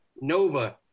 Nova